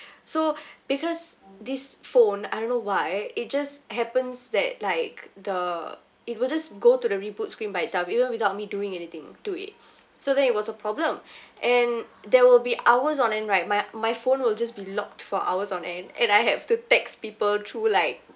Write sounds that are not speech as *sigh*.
so *breath* because this phone I don't know why it just happens that like the it will just go to the reboot screen by itself even without me doing anything to it so then it was a problem and there will be hours on end right my my phone will just be locked for hours on end and I have to text people through like